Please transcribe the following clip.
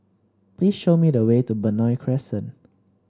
please show me the way to Benoi Crescent